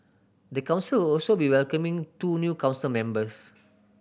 the council will also be welcoming two new council members